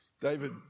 David